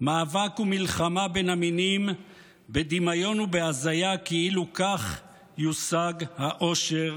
מאבק ומלחמה בין המינים בדמיון ובהזיה כאילו כך יושג האושר.